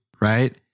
right